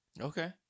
Okay